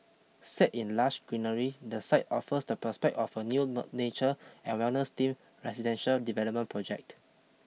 set in lush greenery the site offers the prospect of a new nature and wellness themed residential development project